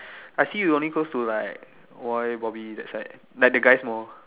I see you only close to like Roy Bobby that side like the guys more